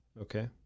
Okay